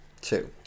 Two